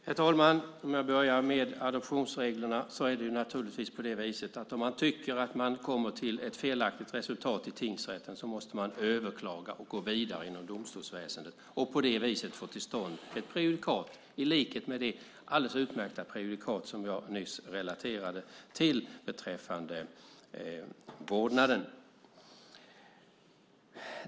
Herr talman! Om jag börjar med adoptionsreglerna är det naturligtvis så att om man tycker att tingsrätten kommer till ett felaktigt resultat måste man överklaga och gå vidare inom domstolsväsendet och på det viset få till stånd ett prejudikat i likhet med det alldeles utmärkta prejudikat som jag nyss relaterade till beträffande vårdnaden.